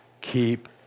Keep